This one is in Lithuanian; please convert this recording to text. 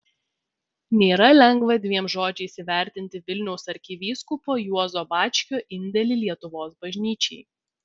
nėra lengva dviem žodžiais įvertinti vilniaus arkivyskupo juozo bačkio indėlį lietuvos bažnyčiai